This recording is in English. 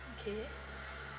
okay